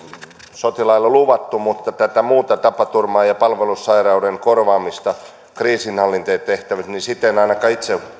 sotilaille luvattu mutta tätä muuta tapaturman ja ja palvelussairauden korvaamista kriisinhallintatehtävissä en ainakaan itse